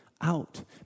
out